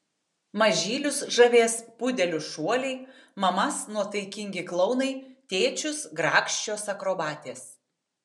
mažylius žavės pudelių šuoliai mamas nuotaikingi klounai tėčius grakščios akrobatės